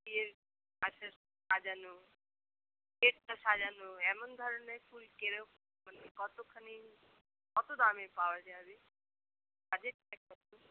বিয়ের বাসর সাজানো গেটটা সাজানো এমন ধরনের ফুল কিরকম মানে কতকখানি কত দামে পাওয়া যাবে বাজেটটা কত